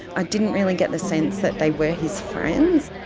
i didn't really get the sense that they were his friends.